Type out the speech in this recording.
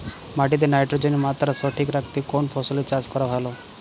মাটিতে নাইট্রোজেনের মাত্রা সঠিক রাখতে কোন ফসলের চাষ করা ভালো?